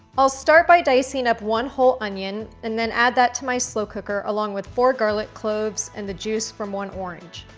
i'll start by dicing up one whole onion and then add that to my slow cooker along with four garlic cloves and the juice from one orange.